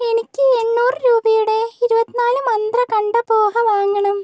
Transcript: എനിക്ക് എണ്ണൂറ് രൂപയുടെ ഇരുപത്നാല് മന്ത്ര കണ്ട പോഹ വാങ്ങണം